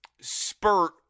spurt